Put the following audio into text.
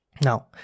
Now